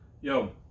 Yo